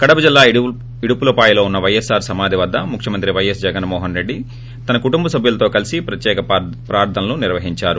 కడప జిల్లా ఇడుపులపాయలో ఉన్న వైఎస్పార్ సమాధి వద్ద ముఖ్యమంత్రి జగన్ మోహన్ రెడ్డి తన కుటుంబ సభ్యులతో కలసి ప్రత్యేక ప్రార్ధనలు నిర్వహించారు